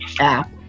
app